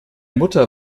mutter